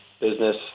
business